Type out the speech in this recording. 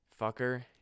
fucker